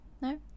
No